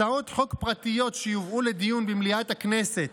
הצעות חוק פרטיות שיובאו לדיון במליאת הכנסת